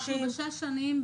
אנחנו בשש שנים,